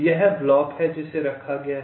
यह ब्लॉक है जिसे रखा गया है